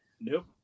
Nope